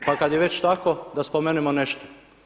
Pa kad je već tako, da spomenemo nešto.